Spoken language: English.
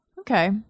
Okay